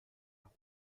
nach